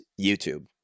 YouTube